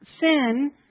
sin